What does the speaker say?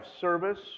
service